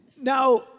now